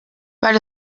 weil